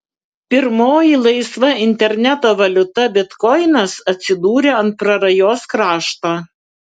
pirmoji laisva interneto valiuta bitkoinas atsidūrė ant prarajos krašto